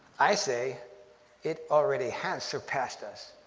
i say it already has surpassed us